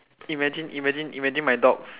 imagine imagine imagine my dog